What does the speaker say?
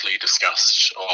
discussed